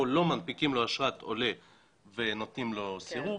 לא מנפיקים לו אשרת עולה ונותנים לו סירוב